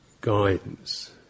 guidance